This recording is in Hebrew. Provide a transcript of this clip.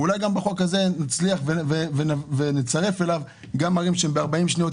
אולי נצליח ונצרף אל החוק הזה גם ערים שהן ב-40 שניות,